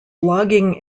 blogging